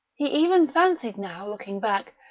he even fancied now, looking back,